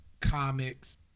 comics